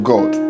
God